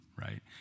right